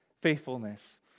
faithfulness